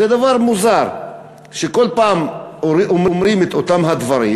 זה דבר מוזר שכל פעם אומרים את אותם הדברים,